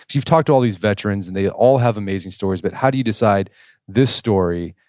you've talked to all these veterans and they all have amazing stories, but how do you decide this story,